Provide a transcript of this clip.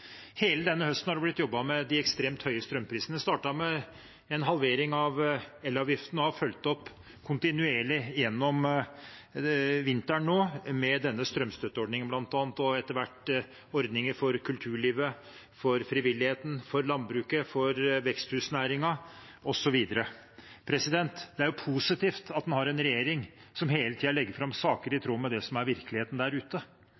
Hele denne høsten har det blitt jobbet med de ekstremt høye strømprisene. Det startet med en halvering av elavgiften og har blitt fulgt opp kontinuerlig gjennom vinteren med denne strømstøtteordningen bl.a., og etter hvert ordninger for kulturlivet, frivilligheten, landbruket, veksthusnæringen osv. Det er positivt at en har en regjering som hele tiden legger fram saker i tråd med det som er virkeligheten der ute.